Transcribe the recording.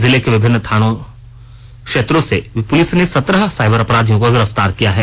जिलें के विभिन्न थानों क्षेत्रों से पुलिस ने सत्रह साईबर अपराधियों को गिरफ्तार किया हैं